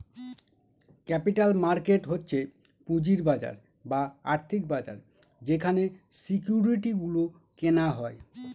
capital market হচ্ছে পুঁজির বাজার বা আর্থিক বাজার যেখানে সিকিউরিটি গুলো কেনা হয়